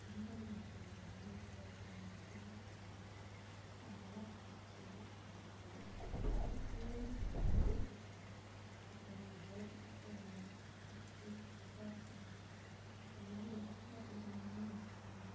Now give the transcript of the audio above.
பெண்களின் பங்கு மாறி இருக்குது அப்படிங்குறது நிச்சயமாக சொல்லலாம் ரொம்ப நல்ல படித்து ஒரு குறிக்கோளோடு இப்போ பெண்கள் இருக்கிறாங்க படிக்கணும் இந்த வேலைக்கு தான் போகணும் வேலைக்கு போய் இப்படி சம்பாதிக்கணும் அப்படின் வந்து ரொம்ப தீர்மானமாக இருக்கிறாங்க